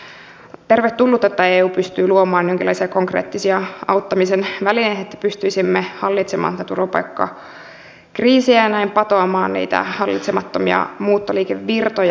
on tervetullutta että eu pystyy luomaan jonkinlaisia konkreettisia auttamisen välineitä että pystyisimme hallitsemaan tätä turvapaikkakriisiä ja näin patoamaan niitä hallitsemattomia muuttoliikevirtoja